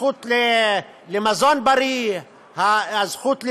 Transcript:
הזכות למזון בריא, הזכות לבריאות,